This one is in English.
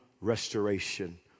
restoration